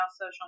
social